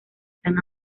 están